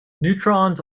neutrons